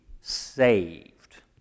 saved